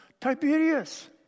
Tiberius